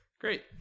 Great